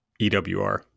EWR